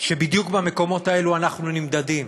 שבדיוק במקומות האלה אנחנו נמדדים.